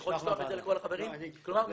אני יכול לשלוח את זה לכל החברים.